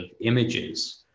images